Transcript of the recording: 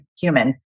human